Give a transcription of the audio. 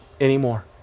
anymore